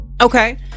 Okay